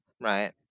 Right